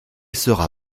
sera